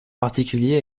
particuliers